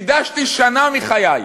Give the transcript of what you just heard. הקדשתי שנה מחיי.